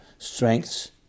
Strengths